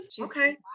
Okay